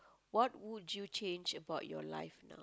what would you change about your life now